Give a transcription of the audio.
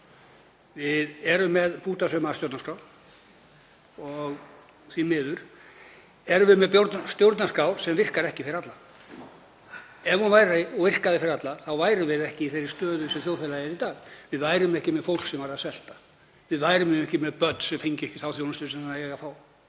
Við erum með bútasaumaða stjórnarskrá og því miður erum við með stjórnarskrá sem virkar ekki fyrir alla. Ef hún virkaði fyrir alla værum við ekki í þeirri stöðu sem þjóðfélagið er í í dag. Við værum ekki með fólk sem sveltur, við værum ekki með börn sem fá ekki þá þjónustu sem þau eiga að fá.